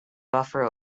buffer